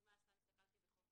דוגמה סתם, הסתכלתי בחוק